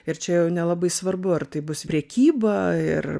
ir čia jau nelabai svarbu ar tai bus prekyba ir